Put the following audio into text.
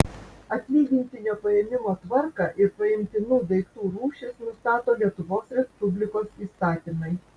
atlygintinio paėmimo tvarką ir paimtinų daiktų rūšis nustato lietuvos respublikos įstatymai